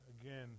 Again